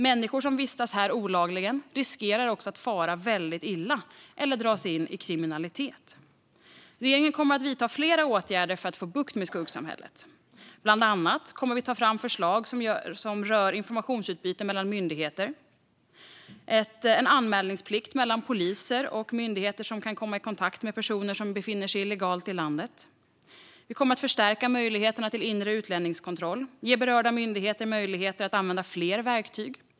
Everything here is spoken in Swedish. Människor som vistas här olagligen riskerar också att fara väldigt illa eller dras in i kriminalitet. Regeringen kommer att vidta flera åtgärder för att få bukt med skuggsamhället. Bland annat kommer vi att ta fram förslag som rör informationsutbyte mellan myndigheter, till exempel en anmälningsplikt mellan polisen och myndigheter som kan komma i kontakt med personer som befinner sig illegalt i landet. Vi kommer att förstärka möjligheterna till inre utlänningskontroll och ge berörda myndigheter möjlighet att använda fler verktyg.